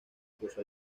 puso